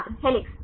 छात्र हेलिक्स